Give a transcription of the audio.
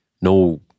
no